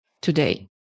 today